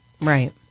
Right